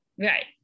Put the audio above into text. right